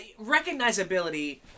recognizability